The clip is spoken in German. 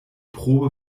probe